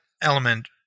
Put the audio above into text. element